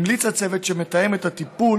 המליץ הצוות שמתאם הטיפול